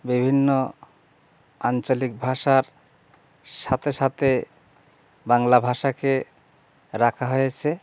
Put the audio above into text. বিভিন্ন আঞ্চলিক ভাষার সাথে সাথে বাংলা ভাষাকে রাখা হয়েছে